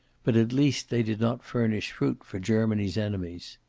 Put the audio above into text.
but at least they did not furnish fruit for germany's enemies.